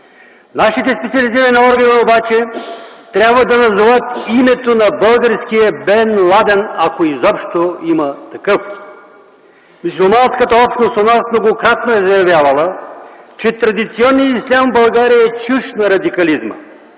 Нашите специализирани органи обаче трябва да назоват името на българския Бен Ладен, ако изобщо има такъв. Мюсюлманската общност у нас многократно е заявявала, че традиционният ислям в България е чужд на радикализма.